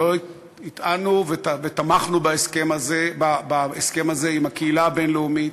שלא תמכנו בהסכם הזה עם הקהילה הבין-לאומית,